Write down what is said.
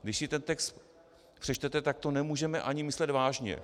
Když si ten text přečtete, tak to nemůžeme ani myslet vážně.